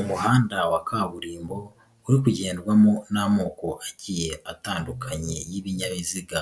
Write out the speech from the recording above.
Umuhanda wa kaburimbo uri kugendwamo n'amoko agiye atandukanye y'ibinyabiziga,